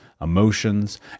emotions